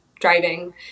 driving